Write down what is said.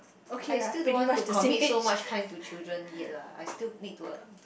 I still don't want to commit so much time to children yet lah I still need to a~